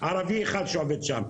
ערבי אחד שעובד שם.